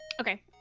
Okay